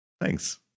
thanks